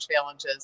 challenges